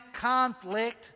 conflict